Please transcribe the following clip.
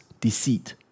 deceit